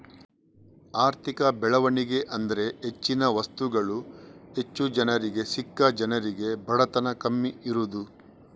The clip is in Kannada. ಆರ್ಥಿಕ ಬೆಳವಣಿಗೆ ಅಂದ್ರೆ ಹೆಚ್ಚಿನ ವಸ್ತುಗಳು ಹೆಚ್ಚು ಜನರಿಗೆ ಸಿಕ್ಕಿ ಜನರಿಗೆ ಬಡತನ ಕಮ್ಮಿ ಇರುದು